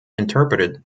interpreted